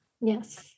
Yes